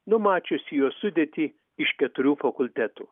numačiusį jo sudėtį iš keturių fakultetų